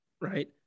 right